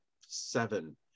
seven